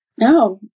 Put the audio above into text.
No